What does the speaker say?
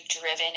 driven